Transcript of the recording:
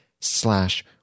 slash